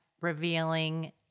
revealing